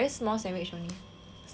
it's like three fifty